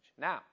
Now